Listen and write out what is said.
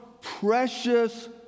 precious